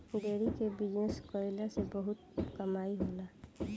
dairy के business कईला से बहुते कमाई होला